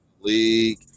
league